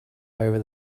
over